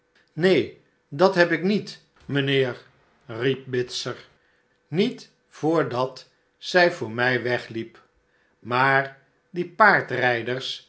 neen dat heb ik niet mijnheer riep bitzer niet voordat zij voor mij wegliep maar die